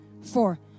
Four